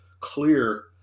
clear